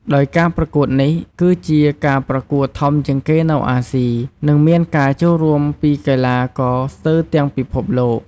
ដោយការប្រកួតនេះ គឺជាការប្រកួតធំជាងគេនៅអាស៊ី និងមានការចូលរួមពីកីឡាករស្ទើរទាំងពិភពលោក។